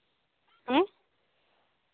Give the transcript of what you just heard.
ᱦᱮᱸ